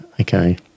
Okay